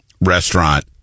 Restaurant